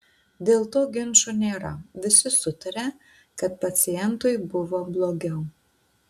dėl to ginčų nėra visi sutaria kad pacientui buvo blogiau